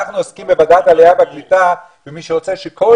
אנחנו עוסקים בוועדת העלייה והקליטה במי שרוצה שכל